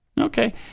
okay